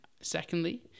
secondly